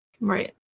Right